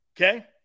Okay